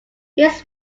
his